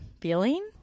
feeling